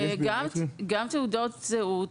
אני הוצאתי תעודת זהות